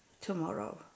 tomorrow